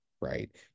right